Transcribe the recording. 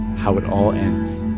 how it all ends